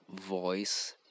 voice